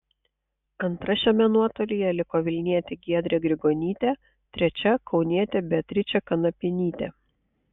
antra šiame nuotolyje liko vilnietė giedrė grigonytė trečia kaunietė beatričė kanapienytė